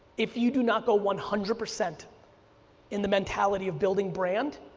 if you do not go one hundred percent in the mentality of building brand,